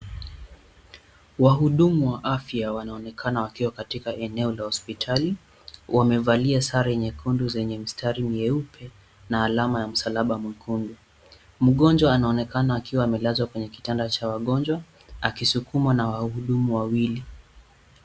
Wahudumu wa afya wanaonekana wakiwa katika eneo la hospitali. Wamevalia sare nyekundu zenye mistari myeupe na alama ya msalaba mwekundu. Mgonjwa anaonekana akiwa amelazwa katika kitanda cha wagonjwa akisukumwa na wahudumu wawili.